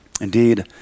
Indeed